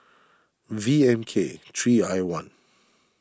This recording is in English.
V M K three I one